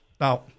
Now